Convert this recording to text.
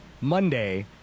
Monday